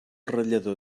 ratllador